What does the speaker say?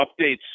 updates